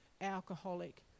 alcoholic